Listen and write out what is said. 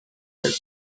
del